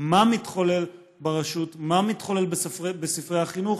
ומה שמתחולל בחלק מבתי הספר הללו זה גיהינום